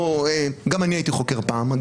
גם אני הייתי חוקר פעם,